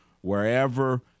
wherever